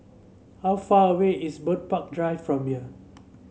how far away is Bird Park Drive from here